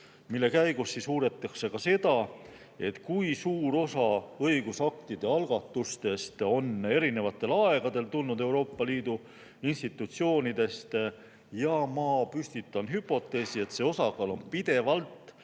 mille käigus uuritakse ka seda, kui suur osa õigusaktide algatustest on erinevatel aegadel tulnud Euroopa Liidu institutsioonidest. Ja ma püstitan hüpoteesi, et see osakaal on pidevalt